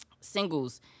Singles